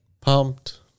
Pumped